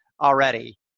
already